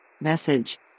Message